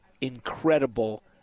incredible